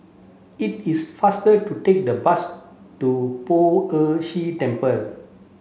it is faster to take the bus to Poh Ern Shih Temple